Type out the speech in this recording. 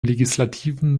legislativen